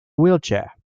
wheelchair